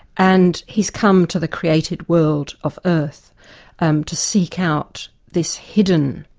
and he's come to the created world of earth and to seek out this hidden,